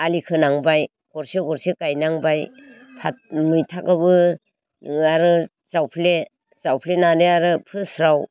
आलि खोनांबाय गरसे गरसे गायनांबाय मैथाखौबो नोङो आरो जावफ्ले जावफ्लेनानै आरो फोस्राव